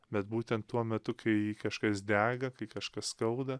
bet būtent tuo metu kai kažkas dega kai kažkas skauda